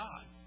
God